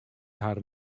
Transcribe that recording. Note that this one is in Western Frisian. har